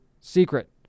secret